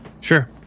Sure